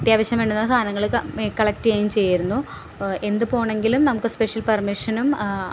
അത്യാവശ്യം വേണ്ടുന്ന സാധനങ്ങൾ കളക്റ്റ് ചെയ്യുകയും ചെയ്യുമായിരുന്നു എന്ത് പോണെങ്കിലും നമുക്ക് സ്പെഷ്യൽ പെർമിഷനും